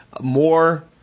more